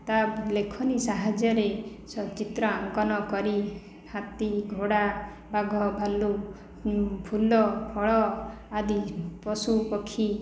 ତା ଲେଖନୀ ସାହାଯ୍ୟରେ ଚିତ୍ର ଅଙ୍କନ କରି ହାତୀ ଘୋଡା ବାଘ ଭାଲୁ ଫୁଲ ଫଳ ଆଦି ପଶୁ ପକ୍ଷୀ